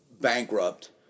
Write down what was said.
bankrupt